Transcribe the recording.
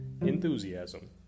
Enthusiasm